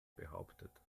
behauptet